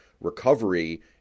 recovery